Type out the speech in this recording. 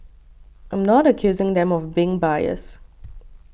I'm not accusing them of being biased